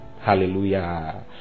Hallelujah